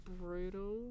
brutal